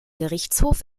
gerichtshof